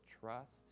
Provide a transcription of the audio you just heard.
trust